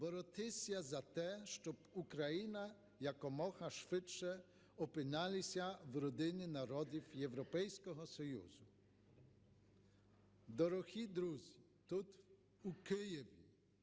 боротися за те, щоб Україна якомога швидше опинилася в родині народів Європейського Союзу. Дорозі друзі, тут, у Києві,